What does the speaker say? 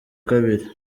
kabiri